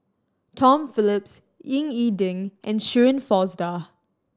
Tom Phillips Ying E Ding and Shirin Fozdar